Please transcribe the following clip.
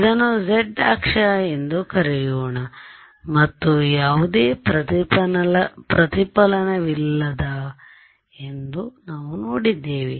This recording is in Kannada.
ಇದನ್ನು z ಅಕ್ಷ ಎಂದು ಕರೆಯೋಣ ಮತ್ತು ಯಾವುದೇ ಪ್ರತಿಫಲನವಿಲ್ಲ ಎಂದು ನಾವು ನೋಡಿದ್ದೇವೆ